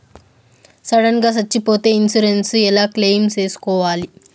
Sudden గా సచ్చిపోతే insurance ఎలా క్లెయిమ్ సేసుకోవాలి?